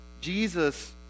Jesus